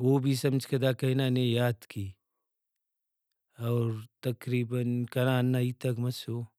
او بھی سمجھکہ داکا ہنا نے یات کے اور تقریباً کنا ہندا ہیتاک مسو